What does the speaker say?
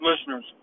Listeners